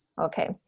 Okay